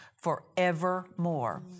forevermore